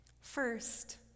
First